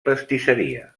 pastisseria